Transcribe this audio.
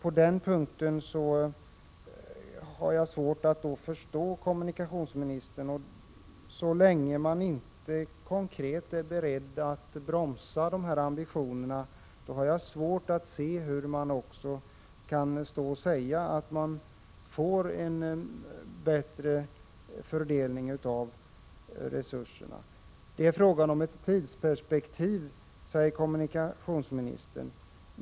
På den punkten har jag svårt att förstå kommunikationsministern. Så länge han inte konkret är beredd att bromsa dessa ambitioner har jag svårt att se hur kommunikationsministern kan stå och säga att man får en bättre fördelning av resurserna. Det är fråga om olika tidsperspektiv, säger kommunikationsministern.